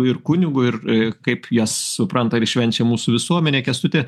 ir kunigui ir kaip jas supranta ir švenčia mūsų visuomenė kęstuti